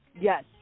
yes